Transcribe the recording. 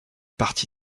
parti